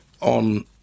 on